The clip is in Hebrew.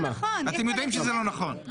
אתם יודעים שזה לא נכון.